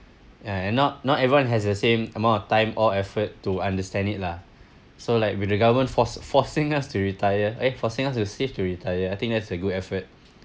ya and not not everyone has the same amount of time or effort to understand it lah so like with the government force forcing us to retire eh forcing us to save to retire I think that's a good effort